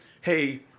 hey